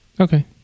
Okay